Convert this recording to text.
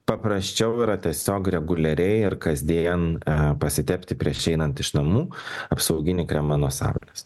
paprasčiau yra tiesiog reguliariai ir kasdien pasitepti prieš einant iš namų apsauginį kremą nuo saulės